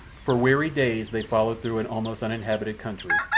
for weary days they followed through an almost uninhabited country,